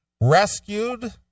Rescued